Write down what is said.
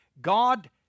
God